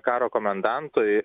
karo komendantui